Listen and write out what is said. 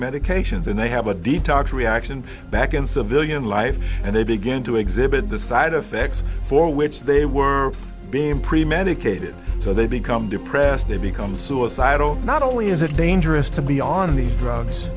medications and they have a detox reaction back in civilian life and they begin to exhibit the side effects for which they were being pretty medicated so they become depressed they become suicidal not only is it dangerous to be on these drugs